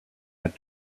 had